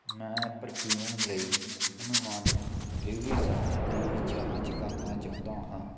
ਮੈਂ ਪਰਫਿਊਮ ਲਈ ਅਨੁਮਾਨਿਤ ਡਿਲੀਵਰੀ ਸਮੇਂ ਦੀ ਜਾਂਚ ਕਰਨਾ ਚਾਹੁੰਦਾ ਹਾਂ